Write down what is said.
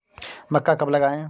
मक्का कब लगाएँ?